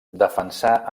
defensà